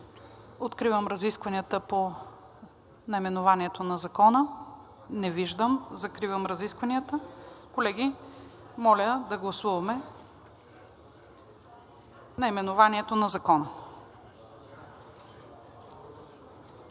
Откривам разискванията по наименованието на Закона. Не виждам. Закривам разискванията. Колеги, моля да гласуваме наименованието на Закона.